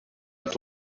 hebt